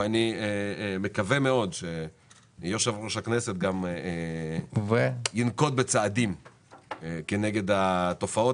ואני מקווה מאוד שיושב-ראש הכנסת ינקוט בצעדים כנגד התופעות